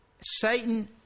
Satan